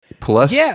Plus